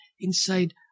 inside